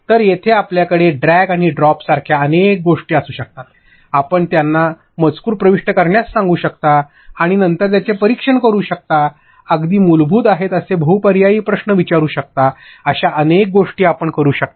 तर तिथे आपल्याकडे ड्रॅग आणि ड्रॉप सारख्या अनेक गोष्टी असू शकतात आपण त्यांना मजकूर प्रविष्ट करण्यास सांगू शकता आणि नंतर त्याचे परिक्षण करू शकता अगदी मूलभूत आहेत असे बहूपर्यायी प्रश्न विचारू शकता अशा अनेक गोष्टी आपण करू शकता